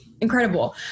incredible